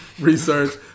research